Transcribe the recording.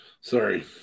Sorry